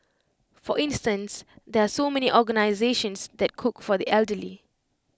for instance there are so many organisations that cook for the elderly